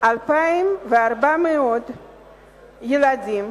2,400 ילדים